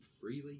freely